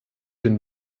den